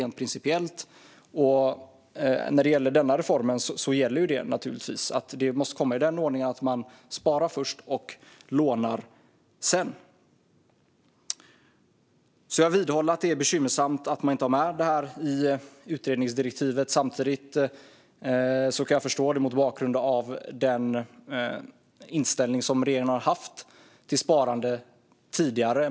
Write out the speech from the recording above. När det gäller den här reformen måste det naturligtvis komma i den ordningen att man sparar först och lånar sedan. Jag vidhåller alltså att det är bekymmersamt att man inte har med detta i utredningsdirektivet. Samtidigt kan jag förstå det mot bakgrund av den inställning som regeringen har haft till sparande tidigare.